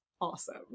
awesome